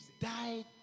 died